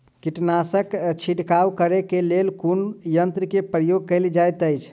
कीटनासक छिड़काव करे केँ लेल कुन यंत्र केँ प्रयोग कैल जाइत अछि?